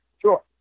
Sure